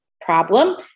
problem